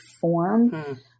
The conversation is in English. form